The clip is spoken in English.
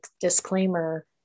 disclaimer